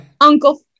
uncle